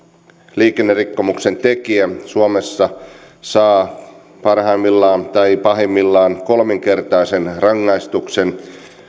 liikennerikkomuksen tekijä suomessa saa parhaimmillaan tai pahimmillaan kolminkertaisen rangaistuksen